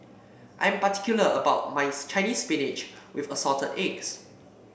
I am particular about my Chinese Spinach with Assorted Eggs